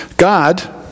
God